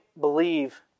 believe